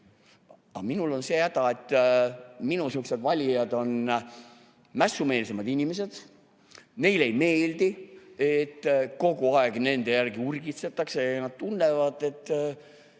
minul on see häda, et minu valijad on mässumeelsemad inimesed. Neile ei meeldi, et kogu aeg nende järgi urgitsetakse, nad tunnevad, et